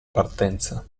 partenza